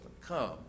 Come